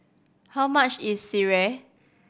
how much is sireh